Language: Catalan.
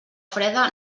freda